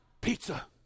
pizza